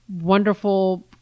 wonderful